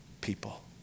people